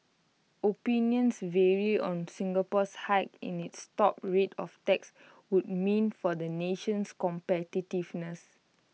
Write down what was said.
opinions vary on Singapore's hike in its top rate of tax would mean for the nation's competitiveness